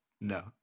No